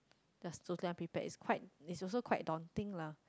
they are totally unprepared it's quite it's also quite daunting lah